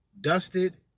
dusted